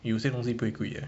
有些东西不会贵 eh